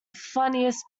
funniest